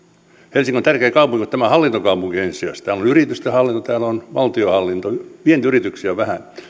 helsinki on tärkeä kaupunki mutta tämä on hallintokaupunki ensisijaisesti täällä on yritysten hallinto täällä on valtionhallinto vientiyrityksiä on vähän